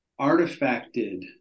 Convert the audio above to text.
artifacted